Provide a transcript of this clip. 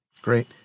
Great